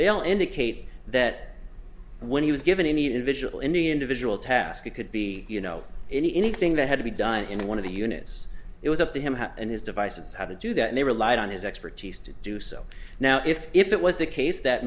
they all indicate that when he was given any individual any individual task it could be you know anything that had to be done in one of the units it was up to him and his devices how to do that they relied on his expertise to do so now if if it was the case that